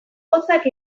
hotzak